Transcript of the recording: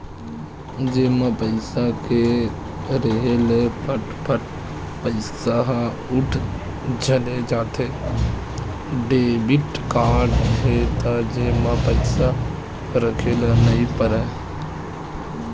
जेब म पइसा के रेहे ले फट फट पइसा ह उठत चले जाथे, डेबिट कारड हे त जेब म पइसा राखे ल नइ परय